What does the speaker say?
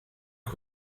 que